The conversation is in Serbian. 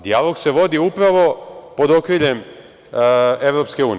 Dijalog se vodi upravo pod okriljem EU.